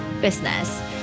business